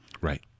Right